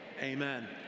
Amen